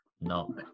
no